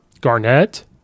Garnett